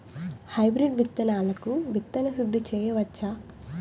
Hybrid విత్తనాలకు విత్తన శుద్ది చేయవచ్చ?